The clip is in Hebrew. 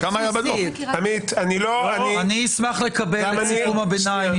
יש פה כנראה חוסר הבנה --- אני לא --- אשמח לקבל את דוח הביניים.